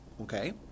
Okay